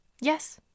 Yes